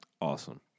Awesome